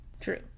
true